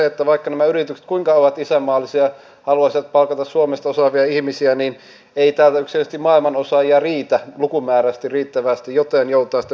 tästä pakkolakipaketista oli hyvin kriittisiä lausuntoja muun muassa työllisyysvaikutusten kautta ja muuta niin että onko tässä nyt järkeä vai ei niin kuin kysyttiin